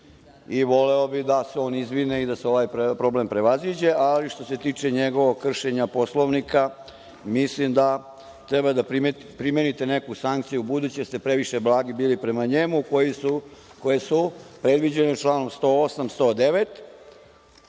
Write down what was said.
Voleo bih da se on izvini i da se ovaj problem prevaziđe. Što se tiče njegovog kršenja Poslovnika, mislim da treba da primenite neku sankciju, budući da ste bili previše blagi prema njemu, koje su predviđene članom 108.